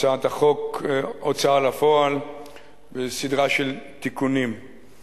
רבותי, הצעת חוק ההוצאה לפועל (תיקון מס' 34),